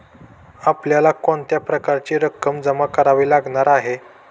आपल्याला कोणत्या प्रकारची रक्कम जमा करावी लागणार आहे?